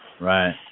Right